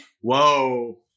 whoa